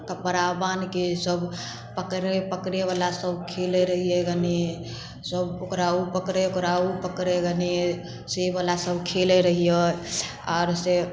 कपड़ा बान्हके सब पकड़ै पकड़ै बला सब खेलै रहिए गनी सब ओकरा ओ पकड़ै ओकरा ओ पकड़ै गने से बला सब खेलै रहिए आओर से